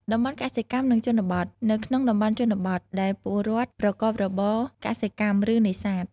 តំបន់កសិកម្ម និងជនបទ នៅក្នុងតំបន់ជនបទ ដែលពលរដ្ឋប្រកបរបរកសិកម្ម ឬនេសាទ ។